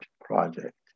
project